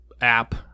app